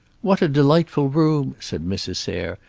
what a delightful room! said mrs. sayre.